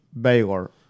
Baylor